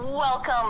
Welcome